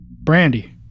Brandy